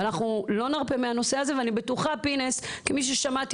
ואנחנו לא נרפה מהנושא הזה ואני בטוחה פינס כמי ששמעתי